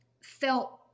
felt